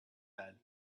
had